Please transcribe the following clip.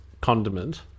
condiment